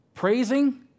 Praising